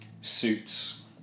suits